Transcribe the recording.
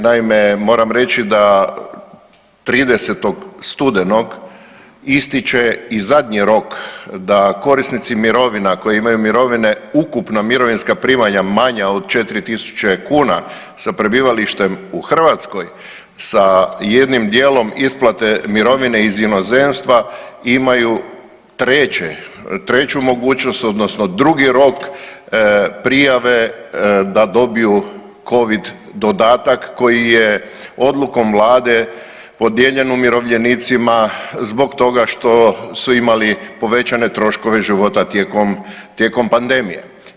Naime, moram reći da 30. studenog ističe i zadnji rok da korisnici mirovina koji imaju mirovine, ukupna mirovinska primanja manja od 4000 kuna sa prebivalištem u Hrvatskoj sa jednim dijelom isplate mirovine iz inozemstva imaju treću mogućnost odnosno drugi rok prijave da dobiju covid dodatak koji je odlukom Vlade podijeljen umirovljenicima zbog toga što su imali povećane troškove života tijekom pandemije.